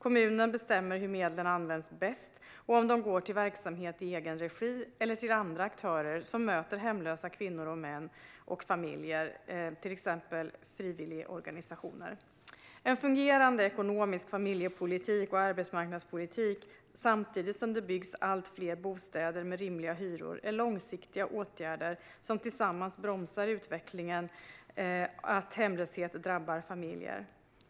Kommunen bestämmer hur medlen används bäst och om de går till verksamhet i egen regi eller till andra aktörer som möter hemlösa kvinnor och män och familjer, till exempel frivilligorganisationer. En fungerande ekonomisk familjepolitik och arbetsmarknadspolitik samtidigt som det byggs allt fler bostäder med rimliga hyror är långsiktiga åtgärder som tillsammans bromsar utvecklingen att hemlöshet drabbar familjer.